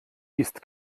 ist